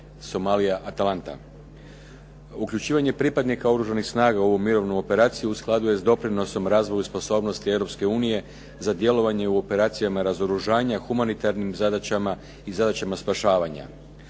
Somalia Atalanta. Uključivanje pripadnika oružanih snaga u ovu mirovnu operaciju u skladu je s doprinosom razvoju sposobnosti Europske unije za djelovanje u operacijama i razoružanja, humanitarnim zadaćama i zadaćama spašavanja.